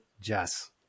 Jess